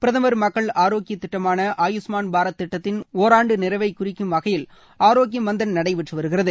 பிரதுமர் மக்கள் ஆரோக்கிய திட்டமான ஆயுஷ்மாள் பாரத் திட்டத்தின் ஓராண்டு நிறைவை குறிக்கும் வகையில் ஆரோக்கிய மந்தன் நடைபெற்று வருகிறது